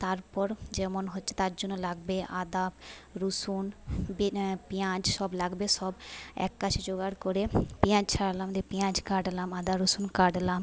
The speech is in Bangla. তারপর যেমন হচ্ছে তার জন্য লাগবে আদা রুসুন বে পেঁয়াজ সব লাগবে সব এক কাছে জোগাড় করে পিঁয়াজ ছাড়ালাম দিয়ে পিঁয়াজ কাটলাম আদা রসুন কাটলাম